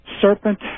Serpent